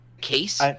case